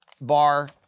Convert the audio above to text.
bar